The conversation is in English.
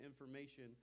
information